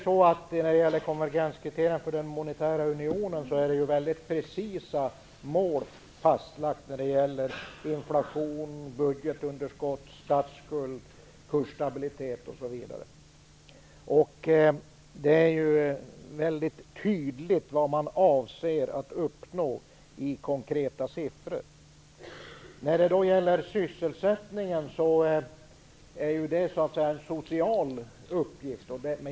Men för konvergenskriterierna för den monetära unionen har det ju fastlagts väldigt precisa mål i fråga om inflation, budgetunderskott, statsskuld, kursstabilitet osv. Det är väldigt tydligt vad man avser att uppnå i konkreta siffror. Sysselsättningen däremot är en social uppgift.